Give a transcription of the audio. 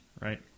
right